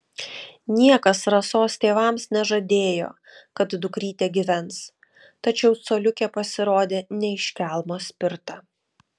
niekas rasos tėvams nežadėjo kad dukrytė gyvens tačiau coliukė pasirodė ne iš kelmo spirta